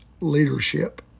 leadership